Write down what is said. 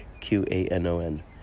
Q-A-N-O-N